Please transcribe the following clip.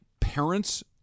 parents